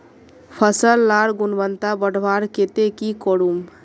फसल लार गुणवत्ता बढ़वार केते की करूम?